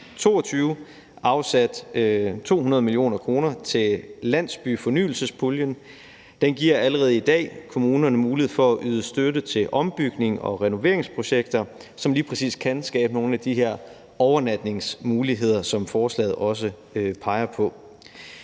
2022 afsat 200 mio. kr. til landsbyfornyelsespuljen. Den giver allerede i dag kommunerne mulighed for at yde støtte til ombygnings- og renoveringsprojekter, som lige præcis kan skabe nogle af de her overnatningsmuligheder, som forslaget også peger på.